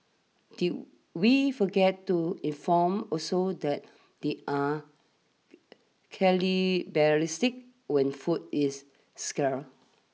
did we forget to inform also that they are cannibalistic when food is scar